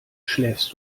schläfst